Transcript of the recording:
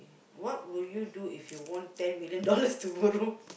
what will you do if you won ten million dollars tomorrow